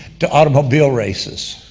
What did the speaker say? to automobile races.